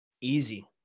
easy